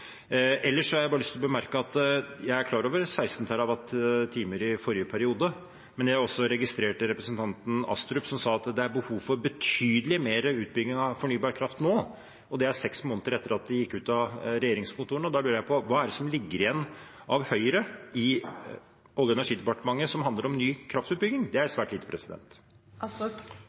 Ellers har jeg lyst til å bemerke at jeg er klar over 16 TWh i forrige periode. Men jeg registrerte at representanten Astrup sa at det er behov for betydelig mer utbygging av fornybar kraft nå, og det er seks måneder etter at de gikk ut av regjeringskontorene. Da lurer jeg på: Hva er det som ligger igjen av Høyre i Olje- og energidepartementet som handler om ny kraftutbygging? Det er svært lite.